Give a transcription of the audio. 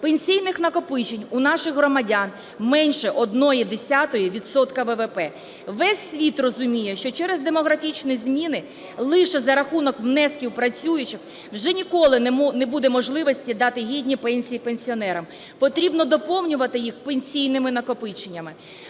Пенсійних накопичень у наших громадян менше 0,1 відсотка ВВП. Весь світ розуміє, що через демографічні зміни лише за рахунок внесків працюючих вже ніколи не буде можливості дати гідні пенсії пенсіонерам, потрібно доповнювати їх пенсійними накопиченнями.